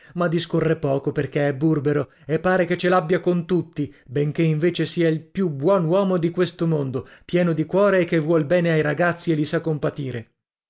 ma discorre poco perché è burbero e pare che ce l'abbia con tutti benché invece sia il più buon uomo di questo mondo pieno di cuore e che vuol bene ai ragazzi e li sa compatire